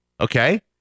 okay